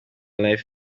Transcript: life